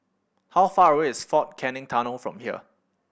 how far away is Fort Canning Tunnel from here